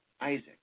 Isaac